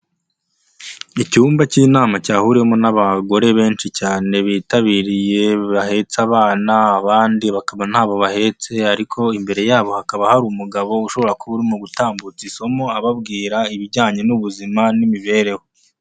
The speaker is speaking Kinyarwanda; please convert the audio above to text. Icyumba cy'inama cyahuriyemo n'abagore benshi cyane bitabiriye, bahetse abana, abandi bakaba ntabo bahetse, ariko imbere yabo hakaba hari umugabo ushobora kuba urimo gutambutsa isomo, ababwira ibijyanye n'ubuzima n'imibereho.